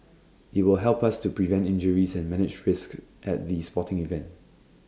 IT will help us to prevent injuries and manage risks at the sporting events